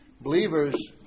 believers